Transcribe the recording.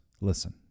listen